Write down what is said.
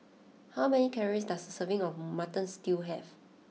how many calories does a serving of Mutton Stew have